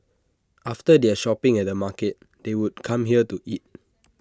after their shopping at the market they would come here to eat